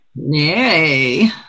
Yay